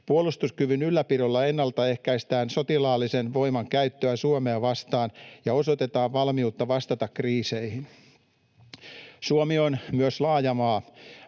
Puolustuskyvyn ylläpidolla ennaltaehkäistään sotilaallisen voiman käyttöä Suomea vastaan ja osoitetaan valmiutta vastata kriiseihin. Suomi on myös laaja maa.